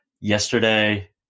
yesterday